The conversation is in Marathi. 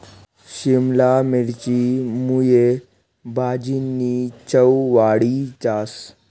शिमला मिरची मुये भाजीनी चव वाढी जास